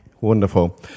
Wonderful